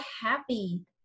happy